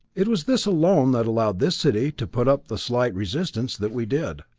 it was this alone that allowed this city to put up the slight resistance that we did.